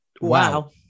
Wow